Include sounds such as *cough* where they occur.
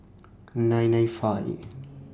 nine nine five *noise*